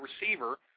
receiver